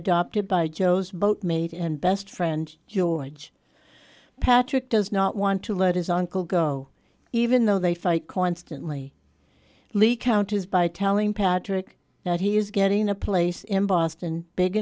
adopted by joe's boat mate and best friend george patrick does not want to let his uncle go even though they fight constantly leak counters by telling patrick that he is getting a place in boston big